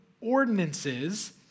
ordinances